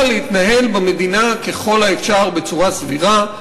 להתנהל במדינה ככל האפשר בצורה סבירה,